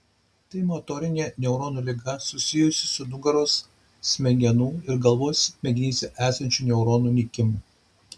tai motorinė neuronų liga susijusi su nugaros smegenų ir galvos smegenyse esančių neuronų nykimu